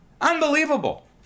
Unbelievable